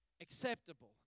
acceptable